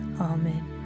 Amen